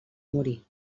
morir